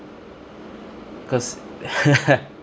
cause